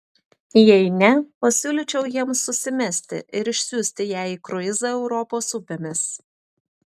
jei ne pasiūlyčiau jiems susimesti ir išsiųsti ją į kruizą europos upėmis